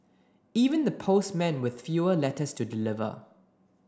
even the postmen with fewer letters to deliver